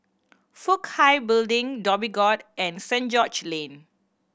Fook Hai Building Dhoby Ghaut and Saint George Lane